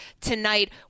tonight